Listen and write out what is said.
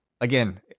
Again